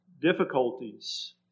difficulties